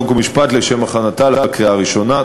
חוק ומשפט לשם הכנתה לקריאה הראשונה.